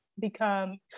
become